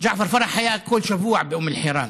ג'עפר פרח היה כל שבוע באום אל-חיראן,